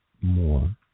more